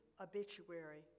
obituary